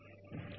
సరే